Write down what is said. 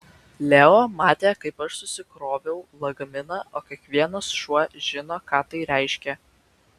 leo matė kaip aš susikroviau lagaminą o kiekvienas šuo žino ką tai reiškia